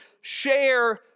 share